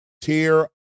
tier